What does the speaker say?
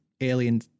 alien